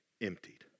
emptied